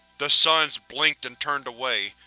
the suns blinked and turned away,